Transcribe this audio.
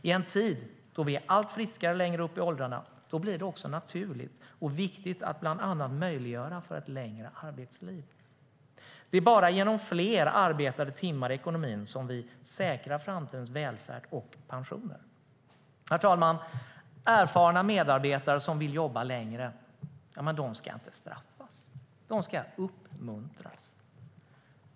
I en tid då vi är allt friskare allt längre upp i åldrarna blir det också naturligt och viktigt att bland annat möjliggöra ett längre arbetsliv. Det är bara genom fler arbetade timmar i ekonomin som vi säkrar framtidens välfärd och pensioner. Herr talman! Erfarna medarbetare som vill jobba längre ska inte straffas. De ska uppmuntras!